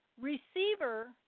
receiver